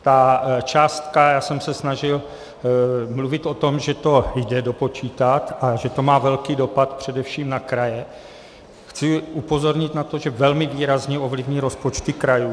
Ta částka, a já jsem se snažil mluvit o tom, že to jde dopočítat a že to má velký dopad především na kraje, chci upozornit na to, že velmi výrazně ovlivní rozpočty krajů.